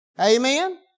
Amen